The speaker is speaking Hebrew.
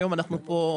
היום אנחנו פה,